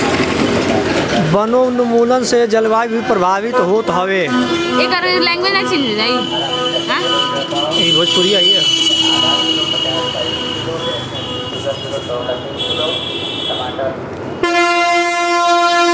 वनोंन्मुलन से जलवायु भी प्रभावित होत हवे